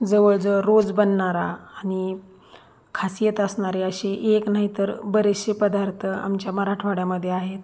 जवळ जवळ रोज बनणारा आणि खासियत असणारे असे एक नाहीतर बरेचसे पदार्थ आमच्या मराठवाड्यामध्ये आहेत